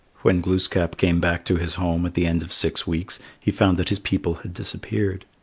when glooskap came back to his home at the end of six weeks, he found that his people had disappeared.